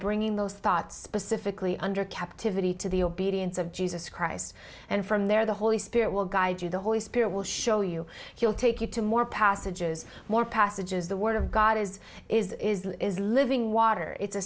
bringing those thoughts specifically under captivity to the obedience of jesus christ and from there the holy spirit will guide you the holy spirit will show you he'll take you to more passages more passages the word of god is is is living water it's a